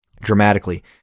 dramatically